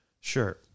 Sure